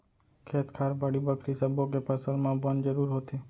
खेत खार, बाड़ी बखरी सब्बो के फसल म बन जरूर होथे